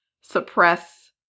suppress